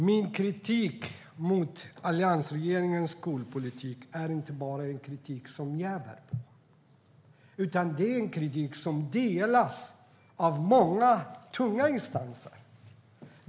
Herr talman! Det är inte bara jag som har kritik mot alliansregeringens skolpolitik, utan den delas av många tunga instanser.